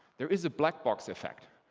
there is a black box effect.